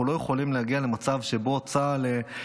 אנחנו לא יכולים להגיע למצב שבו צה"ל